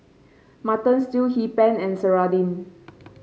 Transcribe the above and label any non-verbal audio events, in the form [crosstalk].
Mutton Stew Hee Pan and serunding [noise]